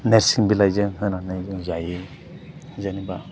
नोरसिं बिलाइजों होनानै जों जायो जेनेबा